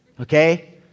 Okay